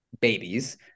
babies